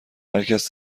هرکس